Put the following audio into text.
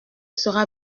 sera